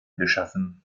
geschaffen